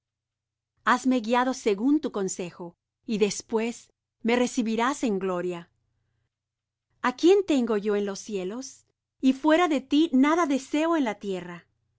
hasme guiado según tu consejo y después me recibirás en gloria a quién tengo yo en los cielos y fuera de ti nada deseo en la tierra